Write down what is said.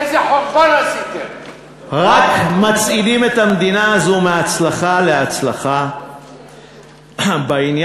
איזה חורבן תביאו בעוד ארבע שנים,